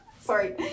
Sorry